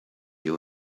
you